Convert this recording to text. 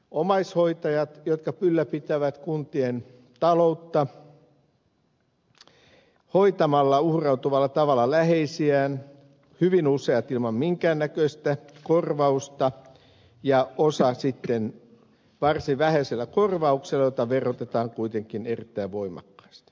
omaishoitajat jotka ylläpitävät kuntien taloutta hoitamalla uhrautuvalla tavalla läheisiään hyvin useat ilman minkään näköistä korvausta ja osa sitten varsin vähäisellä korvauksella heitä verotetaan kuitenkin erittäin voimakkaasti